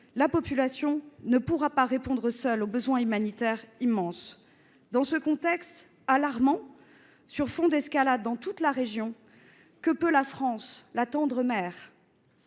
La population ne peut pas répondre seule aux besoins humanitaires immenses. Dans ce contexte alarmant, sur fond d’escalade dans toute la région, que peut la France, la tendre mère ?